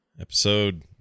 episode